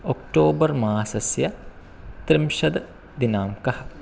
October मासस्य त्रिंशत् दिनाङ्कः